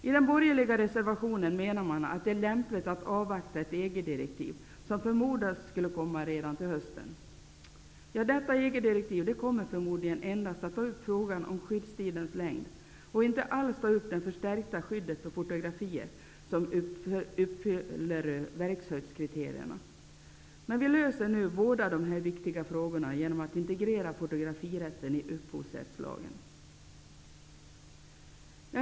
I den borgerliga reservationen säger man att det är lämpligt att avvakta ett EG-direktiv som förmodas komma redan till hösten. I detta EG-direktiv kommer man förmodligen endast att ta upp frågan om skyddstidens längd, inte alls frågan om det förstärkta skydd för fotografier som uppfyller verkshöjdskriterierna. Vi löser nu båda dessa viktiga frågor genom att integrera fotografirätten i upphovsrättslagen.